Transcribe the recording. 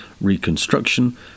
reconstruction